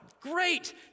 Great